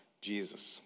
Jesus